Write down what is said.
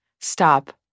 stop